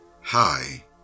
Hi